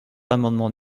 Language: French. l’amendement